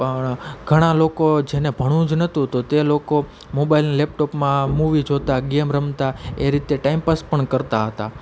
પણ ઘણા લોકો જેને ભણવું જ નહોતું તે લોકો મોબાઈલ અને લેપટોપમાં મૂવી જોતાં ગેમ રમતા એ રીતે ટાઈમ પાસ પણ કરતાં હતા